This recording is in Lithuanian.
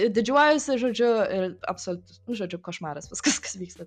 didžiuojuosi žodžiu ir absoliutus nu žodžiu košmaras viskas kas vyksta